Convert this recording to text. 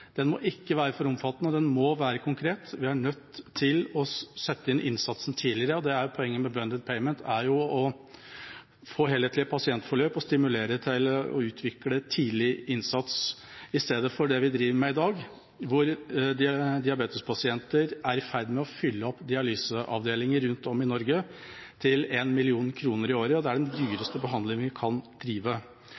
Den må ikke være for omfattende, og den må være konkret. Vi er nødt til å sette inn innsatsen tidligere, og poenget med «bundled payment» er jo å få helhetlige pasientforløp og stimulere til å utvikle tidlig innsats, i stedet for det vi driver med i dag: at diabetespasienter er i ferd med å fylle opp dialyseavdelinger rundt om i Norge til 1 mill. kr i året, for den behandlinga er den dyreste